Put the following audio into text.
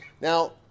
Now